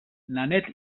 nanette